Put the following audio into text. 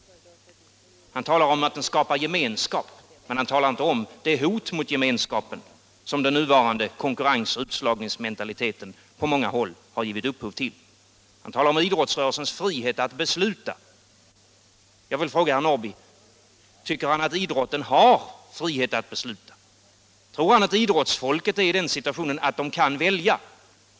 Han talar om att idrotten skapar gemenskap, men han talar inte om det hot mot gemenskapen som den nuvarande konkurrens och utslagningsmentaliteten på många håll har givit upphov till. Han talar om idrottsrörelsens frihet att besluta. Tycker herr Norrby att idrotten har frihet att besluta? Tror han att idrottsfolk är i den situationen att de kan välja?